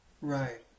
right